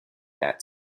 that